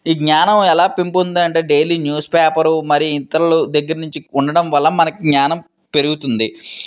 ఈ జ్ఞానం ఎలా పెంపొందుతంటే డైలీ న్యూస్ పేపరు మరి ఇతరుల దగ్గర నుంచి ఉండడం వల్ల మనకి జ్ఞానం పెరుగుతుంది